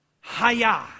haya